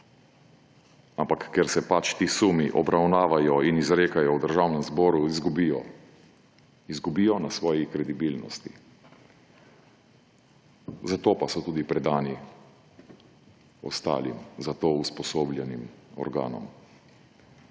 Ampak ker se ti sumi obravnavajo in izrekajo v Državnem zboru, izgubijo na svoji kredibilnosti. Zato pa so tudi predani ostalim, za to usposobljenim organom.